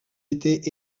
étaient